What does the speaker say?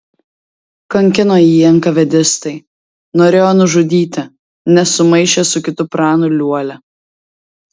kankino jį enkavedistai norėjo nužudyti nes sumaišė su kitu pranu liuolia